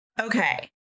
Okay